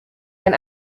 ein